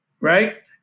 Right